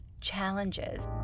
challenges